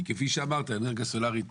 כי כפי שאמרת, אנרגיה סולארית